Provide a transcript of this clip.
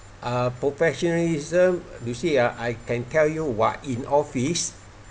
uh professionalism you see ah I can tell you [what] in office